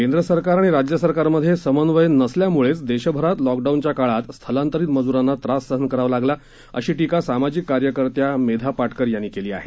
केंद्र सरकार आणि राज्य सरकारमध्ये समन्वय नसल्यामुळेच देशभरात लॉकडाऊनच्या काळात स्थलांतरित मजुरांना त्रास सहन करावा लागला अशी टीका सामाजिक कार्यकर्त्या मेघा पाटकर यांनी केली आहे